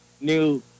new